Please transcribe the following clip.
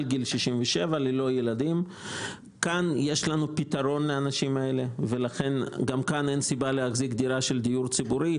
גיל 67. גם כאן אין סיבה להחזיק דירה של דיור ציבורי,